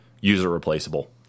user-replaceable